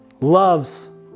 loves